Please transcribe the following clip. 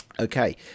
Okay